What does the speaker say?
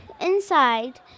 inside